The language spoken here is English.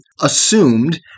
assumed